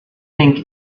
think